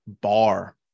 bar